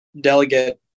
Delegate